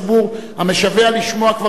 המשווע לשמוע כבר את תשובתך,